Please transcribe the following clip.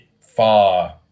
far